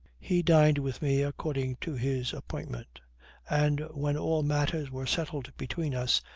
he dined with me according to his appointment and when all matters were settled between us,